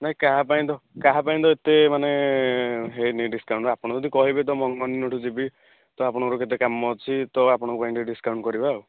ନାଇ କାହା ପାଇଁ ତ କାହା ପାଇଁ ତ ଏତେ ମାନେ ହେଇନି ଡିସକାଉଣ୍ଟ ଆପଣ ଯଦି କହିବେ ତ ମଙ୍ଗନ ଦିନ ଠୁ ଯିବି ତ ଆପଣ ଙ୍କର କେତେ କାମ ଅଛି ତ ଆପଣ ଙ୍କ ପାଇଁ ଟିକେ ଡିସକାଉଣ୍ଟ କରିବା ଆଉ